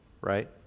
Right